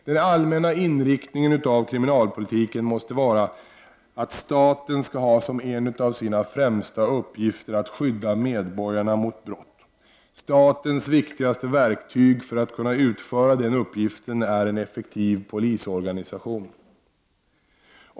Den allmänna inriktningen av kriminalpolitiken måste vara att staten skall ha som en av sina främsta uppgifter att skydda medborgarna mot brott. Statens viktigaste verktyg för att kunna utföra den uppgiften är en effektiv polisorganisation.